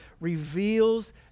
reveals